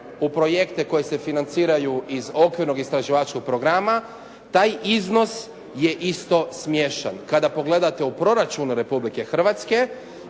u projekte koji se financiraju iz okvirnog istraživačkog programa taj iznos je isto smiješan. Kada pogledate u proračun Republike Hrvatske